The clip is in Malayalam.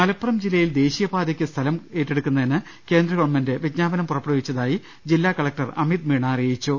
മലപ്പുറം ജില്ലയിൽ ദേശീയ പാതയ്ക്ക് സ്ഥലം ഏറ്റെടുക്കുന്നതിന് കേന്ദ്ര ഗവൺമെന്റ് വിജ്ഞാപനം പുറപ്പെടുവിച്ചതായി ജില്ലാ കളക്ടർ അമിത് മീണ അറിയിച്ചു